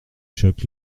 choc